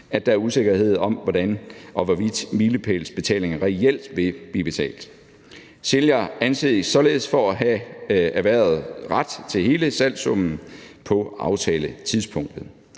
at der er usikkerhed om, hvordan og hvorvidt milepælsbetalinger reelt vil blive betalt. Sælger anses således for at have erhvervet ret til hele salgssummen på aftaletidspunktet.